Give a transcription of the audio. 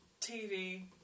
TV